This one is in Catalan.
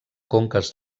conques